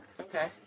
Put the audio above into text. Okay